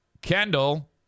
Kendall